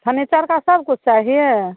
furniture का सब कुछ चाहिए